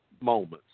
moments